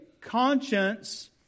conscience